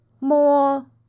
More